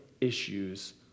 issues